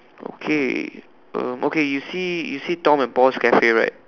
okay um okay you see you see Tom and Paul's Cafe right